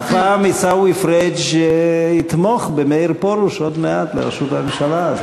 והפעם עיסאווי פריג' יתמוך במאיר פרוש עוד מעט לראשות הממשלה.